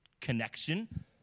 connection